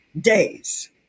days